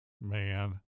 Man